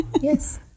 Yes